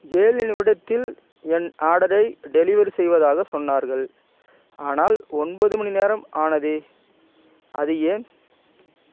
ஏழு நிமிடத்தில் என் ஆர்டரை டெலிவரி செய்வதாகச் சொன்னார்கள் ஆனால் ஒன்பது மணிநேரம் ஆனதே அது ஏன்